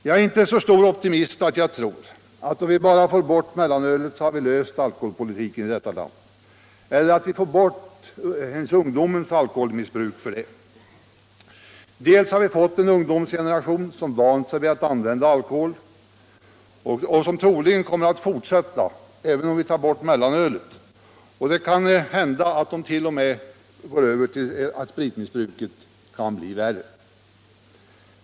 Jag är inte så stor optimist att jag tror att om vi bara får bort mellanölet så har vi löst frågan om alkoholpolitiken i vårt land — eller ens frågan om ungdomens alkoholmissbruk. Vi har fått en ungdomsgeneration som vant sig vid att använda alkohol och som troligen kommer att fortsätta, även om vi tar bort mellanölet, och det kan t.o.m. hända att spritmissbruket blir värre.